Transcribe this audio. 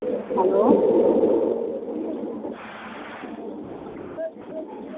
hello